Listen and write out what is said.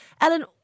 Ellen